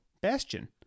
Bastion